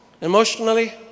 emotionally